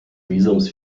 visums